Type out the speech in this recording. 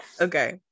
Okay